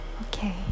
Okay